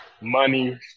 money